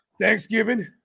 Thanksgiving